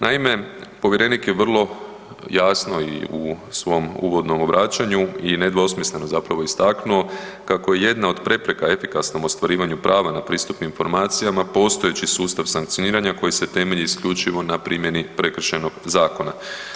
Naime, povjerenik je vrlo jasno i u svom uvodnom obraćanju i nedvosmisleno zapravo istaknuo kako je jedna od prepreka efikasnom ostvarivanju prava na pristup informacijama postojeći sustav sankcioniranja koji se temelji isključivo na primjeni prekršajnog zakona.